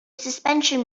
suspension